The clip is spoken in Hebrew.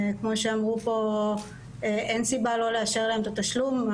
כמו שאמרו פה, אין סיבה לא לאשר להן את התשלום.